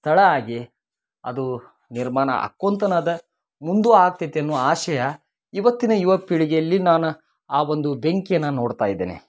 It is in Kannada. ಸ್ಥಳ ಆಗಿ ಅದು ನಿರ್ಮಾಣ ಆಕ್ಕೊಂತನ ಅದ ಮುಂದು ಆಗ್ತೈತಿ ಅನ್ನುವ ಆಶಯ ಇವತ್ತಿನ ಯುವ ಪೀಳಿಗೆಯಲ್ಲಿ ನಾನು ಆ ಒಂದು ಬೆಂಕಿಯನ್ನು ನೋಡ್ತಾಯಿದ್ದೇನೆ